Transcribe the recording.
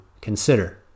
consider